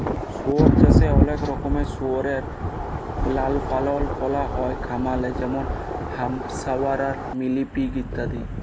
শুয়র চাষে অলেক রকমের শুয়রের পালল ক্যরা হ্যয় খামারে যেমল হ্যাম্পশায়ার, মিলি পিগ ইত্যাদি